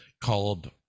called